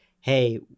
hey